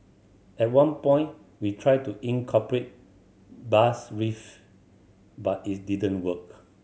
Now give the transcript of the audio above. at one point we tried to incorporate bass riff but it didn't work